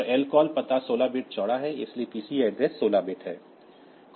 और लकाल पता 16 बिट चौड़ा है इसलिए पीसी एड्रेस 16 बिट है